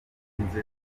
inzu